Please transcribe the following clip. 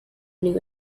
new